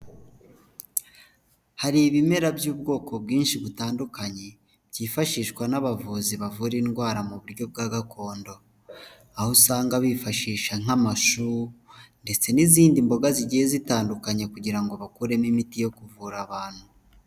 Hari ibimera by'ubwoko bwinshi butandukanye byifashishwa n'abavuzi bavura indwara mu buryo bwa gakondo. Aho usanga bifashisha nk'amashu, ndetse n'izindi mboga zigiye zitandukanye kugira ngo bakuremo imiti yo kuvura abantu.